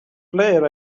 player